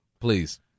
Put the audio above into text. Please